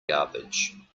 garbage